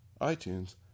iTunes